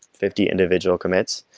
fifty individual commits.